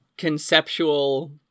Conceptual